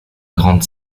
grande